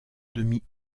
demi